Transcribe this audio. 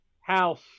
house